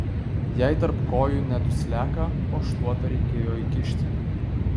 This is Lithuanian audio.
jai tarp kojų ne dusliaką o šluotą reikėjo įkišti